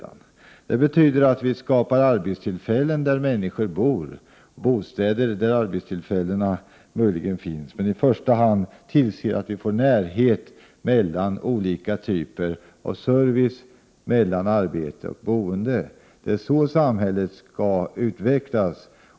Det betyder att vi skapar arbetstillfällen där människor bor och bostäder där arbetstillfällena möjligen finns. Men i första hand betyder det att vi tillser att vi får närhet mellan olika typer av service, arbete och boende. Det är så samhället skall utvecklas.